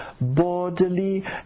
bodily